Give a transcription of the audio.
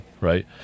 right